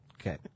Okay